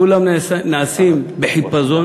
כולם נעשים בחיפזון,